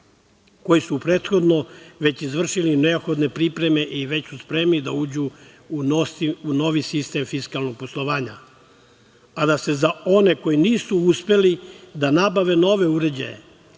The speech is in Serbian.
koji su prethodno već izvršili neophodne pripreme i već su spremili da uđu novi sistem fiskalnog poslovanja, a da se za one koji nisu uspeli da nabave nove uređaje